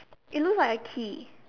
it looks like a key